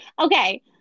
Okay